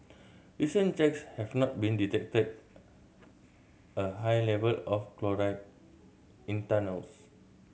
recent checks have not been detected a high level of chloride in tunnels